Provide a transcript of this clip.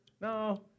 No